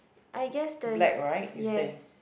I guess there is yes